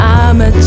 I'ma